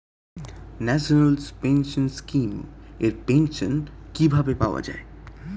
National pension scheme এর pension কিভাবে পাওয়া যায়?